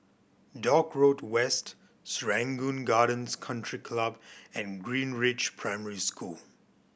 Dock Road West Serangoon Gardens Country Club and Greenridge Primary School